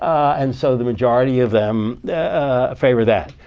and so the majority of them favor that.